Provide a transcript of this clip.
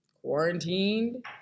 quarantined